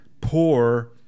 poor